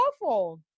awful